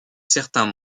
certains